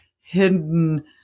hidden